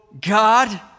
God